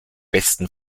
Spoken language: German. westen